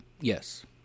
Yes